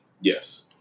Yes